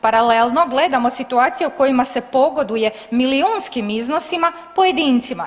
Paralelno, gledamo situacije u kojima se pogoduje milijunskim iznosima pojedincima.